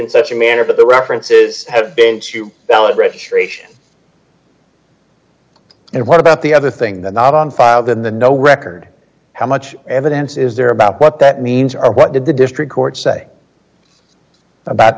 in such a manner that the references have been to valid registration and what about the other thing that not on file the no record how much evidence is there about what that means or what did the district court say about